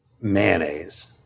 mayonnaise